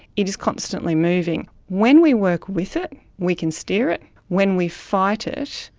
it is constantly moving. when we work with it we can steer it. when we fight it,